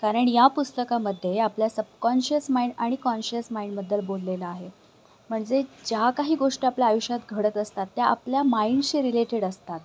कारण या पुस्तकामध्ये आपल्या सपकाँन्शियस माइंड आणि कॉन्शियस माइंडबद्दल बोललेलं आहे म्हणजे ज्या काही गोष्ट आपल्या आयुष्यात घडत असतात त्या आपल्या माइंडशी रिलेटेड असतात